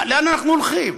לאן אנחנו הולכים?